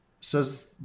Says